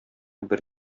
бер